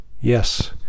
Yes